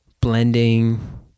blending